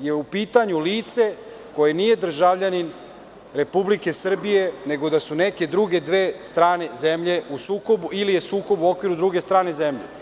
je u pitanju lice koje nije državljanin Republike Srbije, nego da su neke druge dve strane zemlje u sukobu ili je sukob u okviru druge strane zemlje.